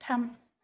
थाम